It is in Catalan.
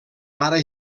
mare